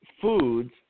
foods